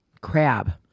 crab